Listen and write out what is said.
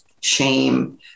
shame